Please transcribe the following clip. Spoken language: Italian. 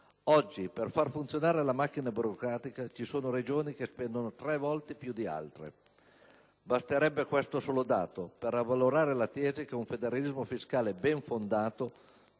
Oggi, per far funzionare la macchina burocratica, ci sono Regioni che spendono tre volte più di altre; basterebbe questo solo dato per avvalorare la tesi che un federalismo fiscale ben fondato,